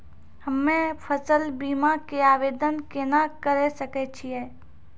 हम्मे फसल बीमा के आवदेन केना करे सकय छियै?